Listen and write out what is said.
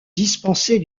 dispensés